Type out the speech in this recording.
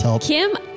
Kim